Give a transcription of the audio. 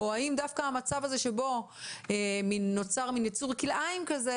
או האם דווקא המצב, שנוצר מין יצור כלאיים כזה,